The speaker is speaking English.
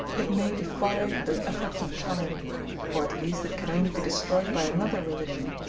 it may defy the efforts of time or at least it can only be destroyed by another religion.